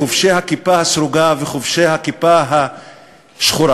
חובשי הכיפה הסרוגה וחובשי הכיפה השחורה,